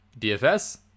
dfs